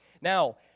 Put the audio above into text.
Now